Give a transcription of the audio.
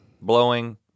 blowing